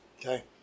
Okay